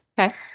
Okay